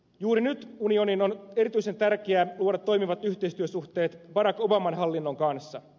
juuri nyt unionin on erityisen tärkeää luoda toimivat yhteistyösuhteet barack obaman hallinnon kanssa